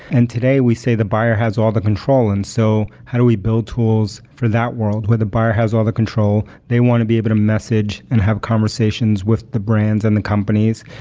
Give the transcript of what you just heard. and today, we say the buyer has all the control, and so how do we build tools for that world where the buyer has all the control? they want to be able to message and have conversations with the brands and the companies,